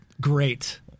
great